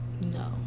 No